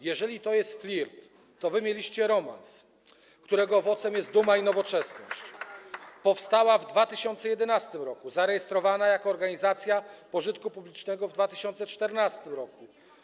Jeżeli to jest flirt, to wy mieliście romans, którego owocem jest Duma i Nowoczesność, powstała w 2011 r., zarejestrowana jako organizacja pożytku publicznego w 2014 r.